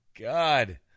God